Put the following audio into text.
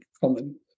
common